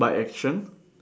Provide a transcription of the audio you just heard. by action